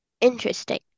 Interesting